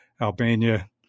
Albania